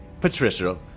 Patricia